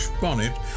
bonnet